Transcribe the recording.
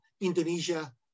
Indonesia